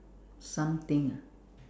something ah